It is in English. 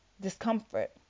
discomfort